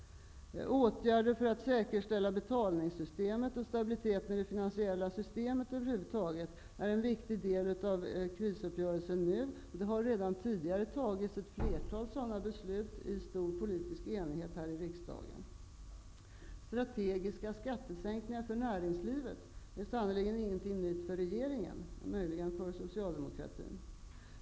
Åtgärder för att säkerställa betalningssystemet och stabiliteten i det finansiella systemet över huvud taget är en viktig del i krisuppgörelsen nu. Det har redan tidigare fattats ett flertal sådana beslut i stor politisk enighet i riksdagen. Strategiska skattesänkningar för näringslivet är sannerligen inget nytt för regeringen -- möjligen för socialdemokratin.